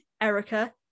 Erica